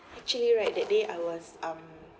actually right that day I was um